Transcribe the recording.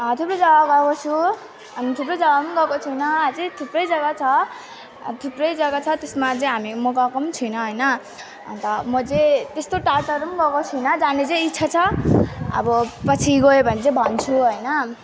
थुप्रै जग्गा गएको छु अनि थुप्रै जग्गा पनि गएको छैन अझै थुप्रै जग्गा छ अनि थुप्रै जग्गा छ त्यसमा अझै हामी म गएको पनि छैन हैन अनि त म चाहिँ त्यस्तो टाढा टाढो नि गएको छैन जाने चाहिँ इच्छा छ अब पछि गयो भने चाहिँ भन्छु हैन